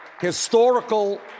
historical